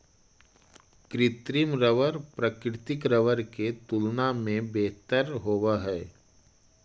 कृत्रिम रबर प्राकृतिक रबर के तुलना में बेहतर होवऽ हई